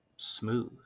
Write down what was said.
smooth